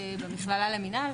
במכללה למינהל,